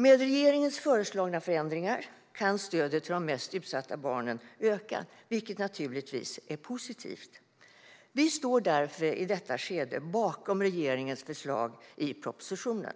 Med regeringens föreslagna förändringar kan stödet till de mest utsatta barnen öka, vilket naturligtvis är positivt. Vi står därför i detta skede bakom regeringens förslag i propositionen.